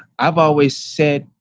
i've always said,